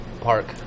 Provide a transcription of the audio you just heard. park